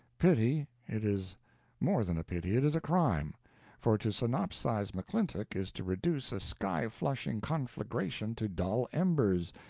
pity! it is more than a pity, it is a crime for to synopsize mcclintock is to reduce a sky-flushing conflagration to dull embers,